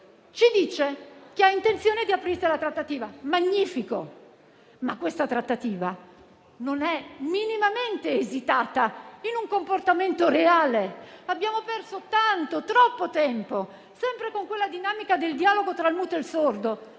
ci dice che ha intenzione di aprirsi alla trattativa. È magnifico, ma questa trattativa non è minimamente esitata in un comportamento reale. Abbiamo perso tanto, troppo tempo sempre con quella dinamica del dialogo tra il muto e il sordo